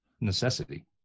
necessity